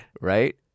Right